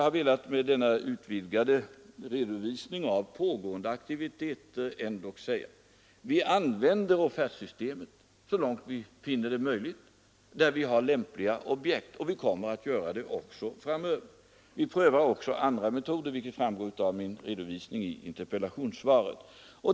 Jag har med denna utvidgade redovisning av pågående aktiviteter velat säga, att vi använder offertsystemet så långt vi finner det möjligt där vi har lämpliga objekt, och vi kommer att göra det också framöver. Vi prövar också andra metoder, vilket framgår av min redovisning i interpellationssvaret.